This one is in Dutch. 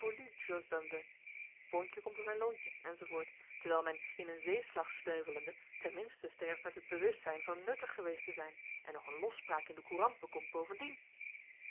boontje komt om zijn loontje enz terwijl men in een zeeslag sneuvelende ten minste sterft met het bewustzijn van nuttig geweest te zijn en nog een lofspraak in de courant bekomt bovendien